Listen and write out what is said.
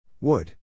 Wood